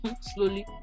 slowly